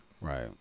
right